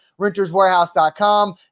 Renterswarehouse.com